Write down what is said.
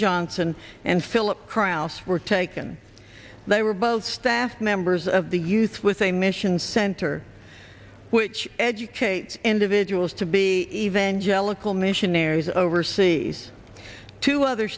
johnson and phillip krouse were taken they were both staff members of the youth with a mission center which educates individuals to be evangelical missionaries overseas to other